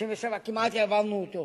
ב-1997 כמעט העברנו אותו.